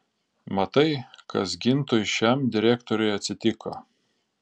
matai kas gintui šitam direktoriui atsitiko